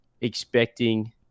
expecting